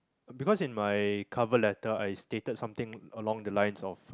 because in my cover letter I stated something along the lines of